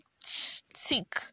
thick